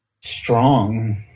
strong